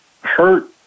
hurt